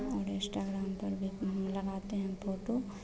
और इन्स्टाग्राम पर भी लगाते हैं फ़ोटो